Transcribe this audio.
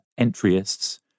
entryists